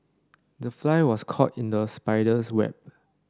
the fly was caught in the spider's web